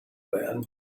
bad